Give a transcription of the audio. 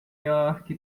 york